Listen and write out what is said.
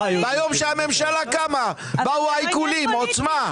ביום שהממשלה קמה באו העיקולים בעוצמה.